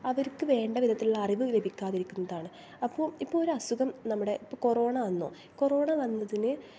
അവർക്ക് വേണ്ട വിധത്തിലുള്ള അറിവ് ലഭിക്കാതിരിക്കുന്നതാണ് അപ്പം ഇപ്പം ഒരു അസുഖം നമ്മടെ ഇപ്പം കൊറോണ വന്നു കൊറോണ വന്നതിന്